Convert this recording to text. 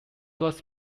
was